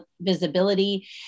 visibility